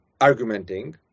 argumenting